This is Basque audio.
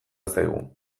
zaigu